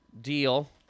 deal